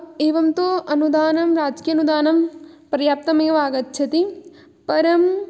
एवं तु अनुदानं राजकीय अनुदानं पर्याप्तम् एव आगच्छति परम्